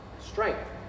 Strength